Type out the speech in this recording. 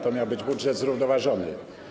To miał być budżet zrównoważony.